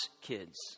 kids